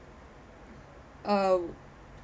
uh